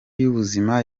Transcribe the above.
y’ubuzima